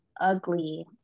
ugly